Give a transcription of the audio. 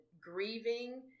grieving